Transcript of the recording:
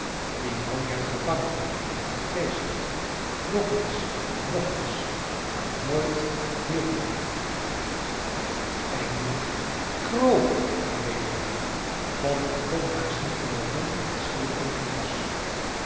die man werd gevangen en gegeeseld nog eens en nog eens maar nooit hielp het hem eindelijk kroop hij weder weg want hij kon haast niet loopen en stierf in het moeras